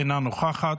אינה נוכחת,